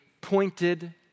pointed